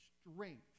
strength